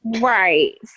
Right